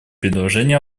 предложение